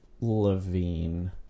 Levine